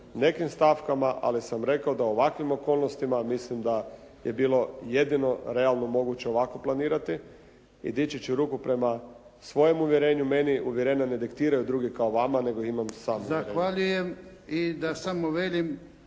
nekim stavkama, ali sam rekao da u ovakvim okolnostima mislim da je bilo jedino realno moguće ovako planirati i dići ću ruku prema svojem uvjerenju. Meni uvjerenja ne diktiraju drugi kao vama, nego imam sam uvjerenja.